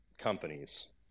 companies